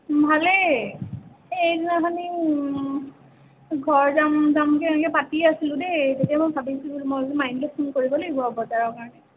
ভালেই এই সেইদিনাখনি ঘৰ যাম যামকে এনেকে পাতি আছিলোঁ দেই তেতিয়া মই ভাবিছিলোঁ মই বোলো মাইনীলে ফোন কৰিব লাগিব আৰু বজাৰৰ কাৰণে